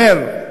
אומר: